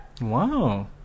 Wow